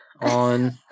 on